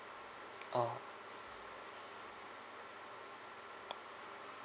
orh